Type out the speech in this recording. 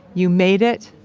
you made it,